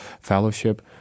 Fellowship